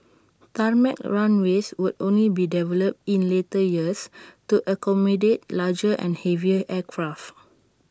tarmac runways would only be developed in later years to accommodate larger and heavier aircraft